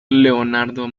leonardo